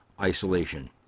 isolation